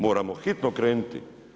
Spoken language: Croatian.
Moramo hitno krenuti.